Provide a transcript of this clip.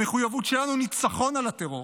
המחויבות שלנו היא לניצחון על הטרור.